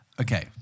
Okay